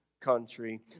country